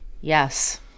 Yes